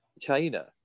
China